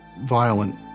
violent